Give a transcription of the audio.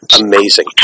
amazing